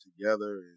together